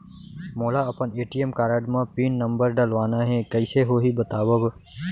मोला अपन ATM card म पिन नंबर डलवाना हे कइसे होही बतावव?